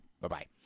Bye-bye